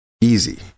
easy